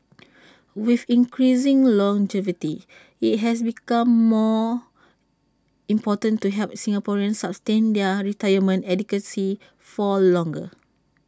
with increasing longevity IT has become more important to help Singaporeans sustain their retirement adequacy for longer